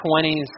20s